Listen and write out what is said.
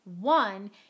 one